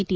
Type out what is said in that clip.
T